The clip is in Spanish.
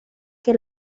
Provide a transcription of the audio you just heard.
que